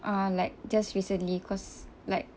uh like just recently cause like